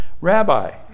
Rabbi